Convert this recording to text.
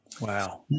Wow